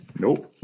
Nope